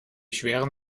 schweren